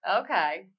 Okay